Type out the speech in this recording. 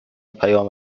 پیام